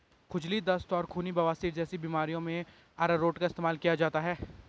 खुजली, दस्त और खूनी बवासीर जैसी बीमारियों में अरारोट का इस्तेमाल किया जाता है